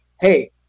hey